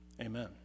Amen